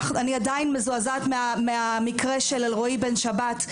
אני עדיין מזועזעת מהמקרה של אלרואי בן שבת,